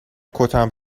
کتم